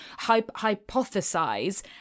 Hypothesize